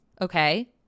okay